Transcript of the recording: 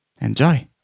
Enjoy